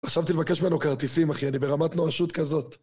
חשבתי לבקש ממנו כרטיסים אחי, אני ברמת נואשות כזאת